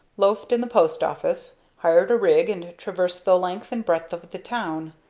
loafed in the post office, hired a rig and traversed the length and breadth of the town,